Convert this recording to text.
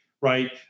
right